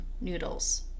noodles